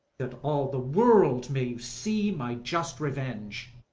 that all the world may see my just revenge.